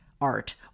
art